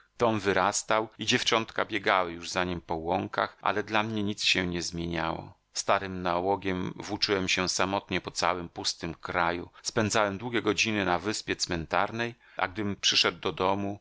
tom wyrastał i dziewczątka biegały już za nim po łąkach ale dla mnie nic się nie zmieniało starym nałogiem włóczyłem się samotnie po całym pustym kraju spędzałem długie godziny na wyspie cmentarnej a gdym przyszedł do domu